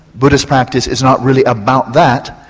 buddhist practice is not really about that.